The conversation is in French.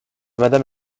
madame